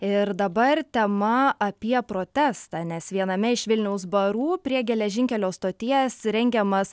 ir dabar tema apie protestą nes viename iš vilniaus barų prie geležinkelio stoties rengiamas